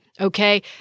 okay